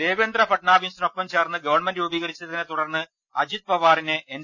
ദേവേന്ദ്ര ഫഡ്നാവി സിനൊപ്പം ചേർന്ന് ഗവൺമെന്റ് രൂപീകരിച്ചതിനെ തുടർന്ന് അജിത്ത് പവാറിനെ എൻ